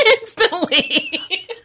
Instantly